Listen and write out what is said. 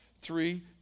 three